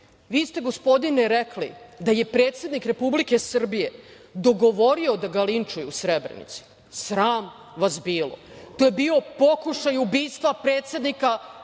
ste, gospodine, rekli da je predsednik Republike Srbije dogovorio da ga linčuju u Srebrenici. Sram vas bilo! To je bio pokušaj ubistva tada predsednika Vlade